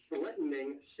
threatening